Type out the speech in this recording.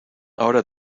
ahora